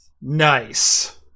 Nice